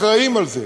אחראים לזה.